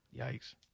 Yikes